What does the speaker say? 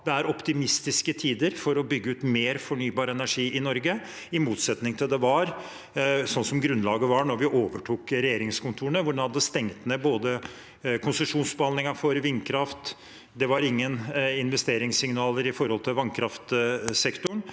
det er optimistiske tider for å bygge ut mer fornybar energi i Norge, i motsetning til slik grunnlaget var da vi overtok regjeringskontorene. Da hadde man stengt ned konsesjonsbehandlingen for vindkraft, og det var ingen investeringssignaler knyttet til vannkraftsektoren